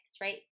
right